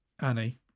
Annie